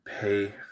pay